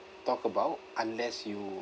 talk about unless you